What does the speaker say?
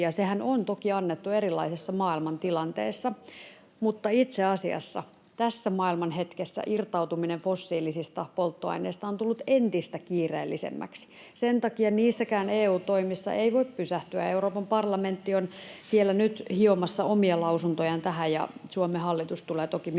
sehän on toki annettu erilaisessa maailmantilanteessa, mutta itse asiassa tässä maailmanhetkessä irtautuminen fossiilisista polttoaineista on tullut entistä kiireellisemmäksi. [Petri Huru: Entä mineraalien jalostus?] Sen takia niissäkään EU-toimissa ei voi pysähtyä. Euroopan parlamentti on siellä nyt hiomassa omia lausuntojaan tähän, ja Suomen hallitus tulee toki